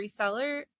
reseller